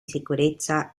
sicurezza